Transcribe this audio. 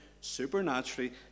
supernaturally